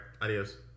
Adios